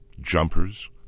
Jumpers